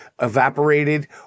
evaporated